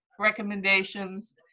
recommendations